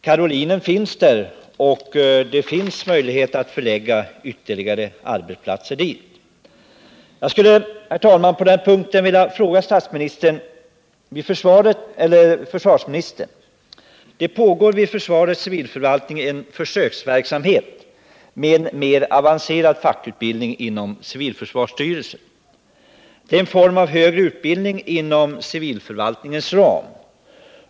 Karolinen finns där, och det finns möjligheter att förlägga ytterligare arbetsplatser dit. Jag skulle, herr talman, på denna punkt vilja ställa en fråga till försvarsministern. Det pågår inom försvarets civilförvaltning en försöksverksamhet med mer avancerad fackutbildning inom civilförsvarsstyrelsen. Det är en form av högre utbildning inom civilförvaltningens ram.